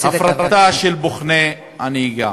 הפרטה של בוחני הנהיגה.